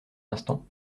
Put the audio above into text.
instant